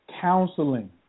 counseling